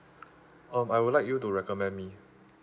um I would like you to recommend me